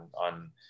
on